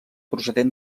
procedent